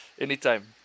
Anytime